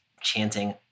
chanting